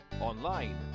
online